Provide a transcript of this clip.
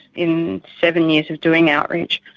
in seven years of doing outreach,